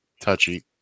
touchy